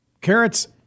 Carrots